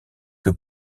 que